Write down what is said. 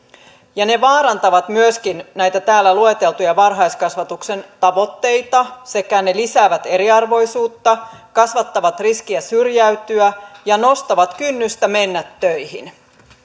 ne vaarantavat myöskin näitä täällä lueteltuja varhaiskasvatuksen tavoitteita sekä lisäävät eriarvoisuutta kasvattavat riskiä syrjäytyä ja nostavat kynnystä mennä töihin